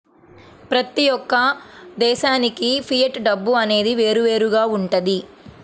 ప్రతి యొక్క దేశానికి ఫియట్ డబ్బు అనేది వేరువేరుగా వుంటది